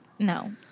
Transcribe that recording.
No